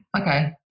Okay